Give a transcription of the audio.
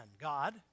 God